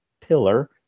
pillar